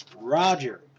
Roger